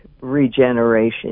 regeneration